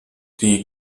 die